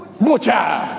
butcher